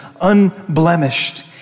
unblemished